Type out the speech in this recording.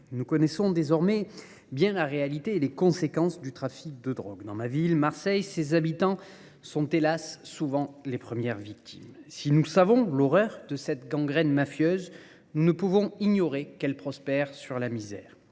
Nous connaissons désormais bien la réalité et les conséquences du trafic de drogue. Dans ma ville, Marseille, ces habitants sont hélas souvent les premières victimes. Si nous savons l'horreur de cette gangrène mafieuse, nous ne pouvons ignorer qu'elle prospère sur la misère.